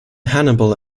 hannibal